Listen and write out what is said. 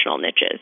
niches